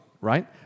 right